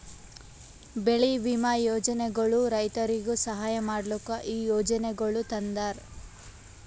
ಬೆಳಿ ವಿಮಾ ಯೋಜನೆಗೊಳ್ ರೈತುರಿಗ್ ಸಹಾಯ ಮಾಡ್ಲುಕ್ ಈ ಯೋಜನೆಗೊಳ್ ತಂದಾರ್